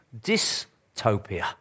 dystopia